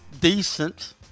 decent